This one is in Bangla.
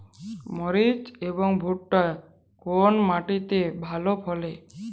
মরিচ এবং ভুট্টা কোন মাটি তে ভালো ফলে?